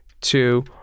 two